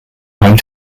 home